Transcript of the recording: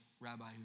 rabbi